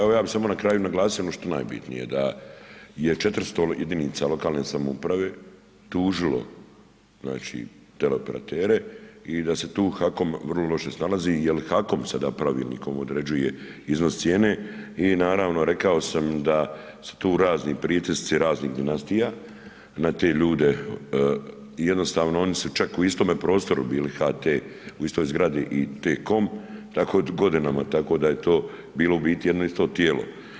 Evo ja bih samo na kraju naglasio ono što je najbitnije, da je 400 jedinica lokalne samouprave tužilo teleoperatere i da se tu HAKOM vrlo loše snalazi jer HAKOM sada pravilnikom određuje iznos cijene i naravno, rekao sam da se tu razni pritisci raznih dinastija na te ljude jednostavno, oni su čak u istome prostoru bili, HT u istoj zgradi i T-Com, tako godinama tako da je to bilo u biti jedno isto tijelo.